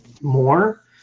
more